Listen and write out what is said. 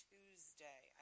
Tuesday